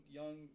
young